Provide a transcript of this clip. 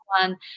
one